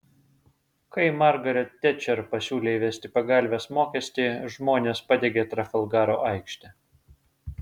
kai margaret tečer pasiūlė įvesti pagalvės mokestį žmonės padegė trafalgaro aikštę